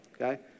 okay